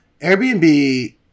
Airbnb